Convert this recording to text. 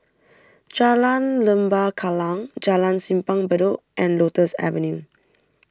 Jalan Lembah Kallang Jalan Simpang Bedok and Lotus Avenue